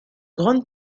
grande